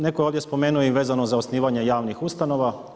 Netko je ovdje spomenuo i vezano za osnivanje javnih ustanova.